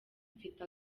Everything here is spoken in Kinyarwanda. mfite